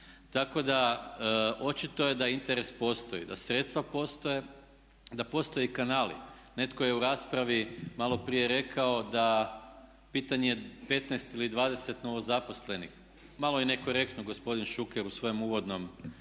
Tako da očito je da interes postoji, da sredstva postoje, da postoje i kanali. Netko je u raspravi maloprije rekao da pitanje 15 ili 20 novozaposlenih, malo je nekorektno gospodin Šuker u svojem uvodnom izlaganju